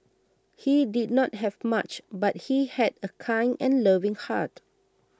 he did not have much but he had a kind and loving heart